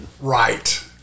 Right